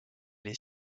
les